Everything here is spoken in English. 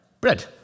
Bread